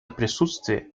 присутствие